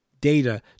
data